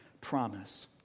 promise